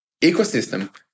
ecosystem